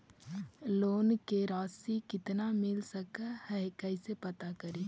Loan के रासि कितना मिल सक है कैसे पता करी?